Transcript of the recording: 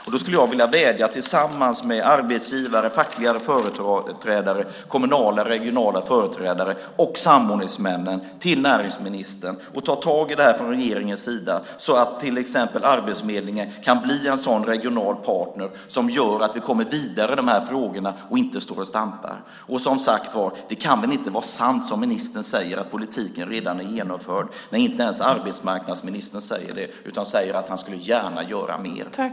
Jag skulle tillsammans med arbetsgivare, fackliga företrädare, kommunala och regionala företrädare och samordningsmännen vilja vädja till näringsministern att ta tag i det här från regeringens sida så att till exempel Arbetsförmedlingen kan bli en sådan regional partner som gör att vi kommer vidare i de här frågorna och inte står och stampar. Det kan väl inte vara sant som ministern säger att politiken redan är genomförd när inte ens arbetsmarknadsministern säger det utan säger att han gärna skulle göra mer.